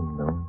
no